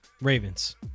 Ravens